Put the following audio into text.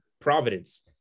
Providence